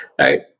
right